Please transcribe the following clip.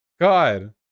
God